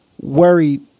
worried